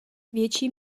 větší